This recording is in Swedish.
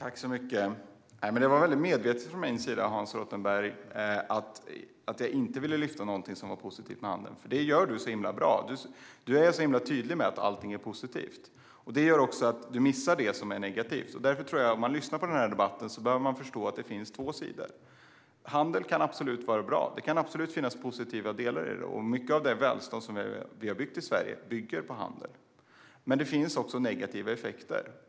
Fru talman! Det var medvetet från min sida, Hans Rothenberg, att jag inte lyfte upp något som är positivt med handel, för det gör du så himla bra. Du är tydlig med att allt är positivt, men detta gör att du missar det som är negativt. Om man lyssnar på denna debatt behöver man förstå att det finns två sidor. Handel kan absolut vara bra. Det kan finnas positiva delar i den, och mycket av det välstånd vi har i Sverige bygger på handel. Men det finns också negativa effekter.